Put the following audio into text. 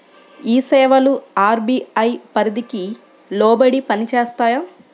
ఈ సేవలు అర్.బీ.ఐ పరిధికి లోబడి పని చేస్తాయా?